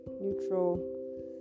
neutral